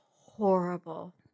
horrible